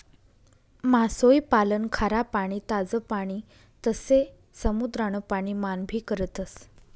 मासोई पालन खारा पाणी, ताज पाणी तसे समुद्रान पाणी मान भी करतस